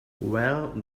well